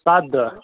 سَتھ دۄہ